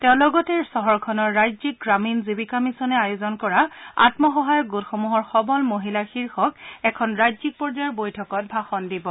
তেওঁ লগতে চহৰখনৰ ৰাজ্যিক গ্ৰামীণ জীৱিকা মিছনে আয়োজন কৰা আম্মসহায়ক গোটসমূহৰ সবল মহিলা শীৰ্ষক এখন ৰাজ্যিক পৰ্যায়ৰ বৈঠকত ভাষণ দিব